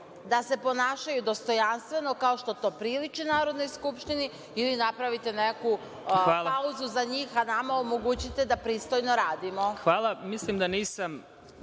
da se ponašaju dostojanstveno, kao što to priliči Narodnoj skupštini, ili napravite neku pauzu za njih a nama omogućite da pristojno radimo. **Vladimir Marinković**